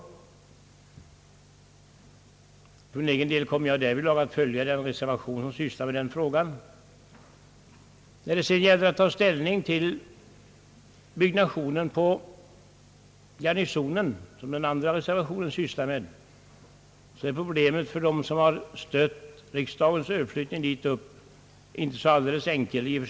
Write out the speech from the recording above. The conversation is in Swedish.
Själv kom mer jag att följa den reservation som avser denna fråga. När det sedan gäller att ta ställning till byggnationen i kvarteret Garnisonen, som den andra reservationen behandlar, är problemet för dem som har stött riksdagens överflyttning dit inte så alldeles enkelt.